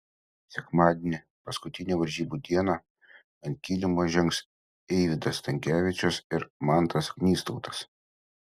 sekmadienį paskutinę varžybų dieną ant kilimo žengs eivydas stankevičius ir mantas knystautas